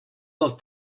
dels